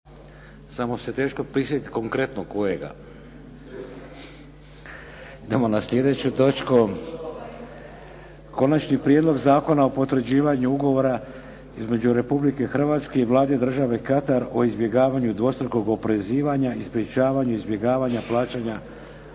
Zaključujem raspravu. **Šeks, Vladimir (HDZ)** 3, Konačni prijedlog Zakona o potvrđivanju Ugovora između Republike Hrvatske i Vlade države Katar o izbjegavanju dvostrukog oporezivanja i sprječavanju izbjegavanja plaćanja